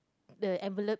the envelope